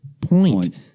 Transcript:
Point